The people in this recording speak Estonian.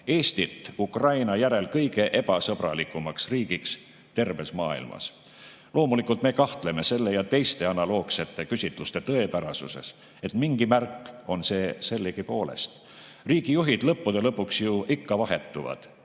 Eestit Ukraina järel kõige ebasõbralikumaks riigiks terves maailmas. Loomulikult me kahtleme selle ja teiste analoogsete küsitluste tõepärasuses, ent mingi märk on see sellegipoolest. Riigijuhid lõppude lõpuks ju ikka vahetuvad,